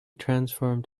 transformed